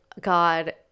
god